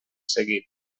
seguit